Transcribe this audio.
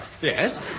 Yes